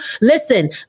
Listen